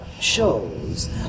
shows